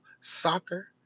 soccer